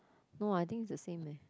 no I think is the same leh